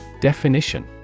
Definition